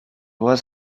was